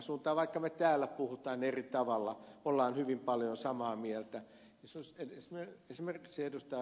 vaikka me täällä puhumme eri tavalla me olemme hyvin paljon samaa mieltä esimerkiksi ed